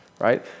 right